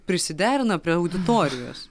prisiderina prie auditorijos